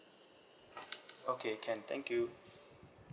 okay can thank you